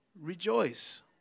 rejoice